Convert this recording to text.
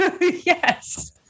Yes